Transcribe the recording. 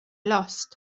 lost